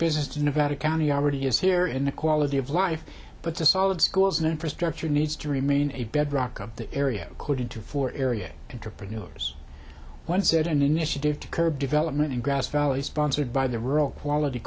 business to nevada county already is here in the quality of life but the solid schools and infrastructure needs to remain a bedrock of the area code into four area interpret yours one said an initiative to curb development in grass valley sponsored by the rural quality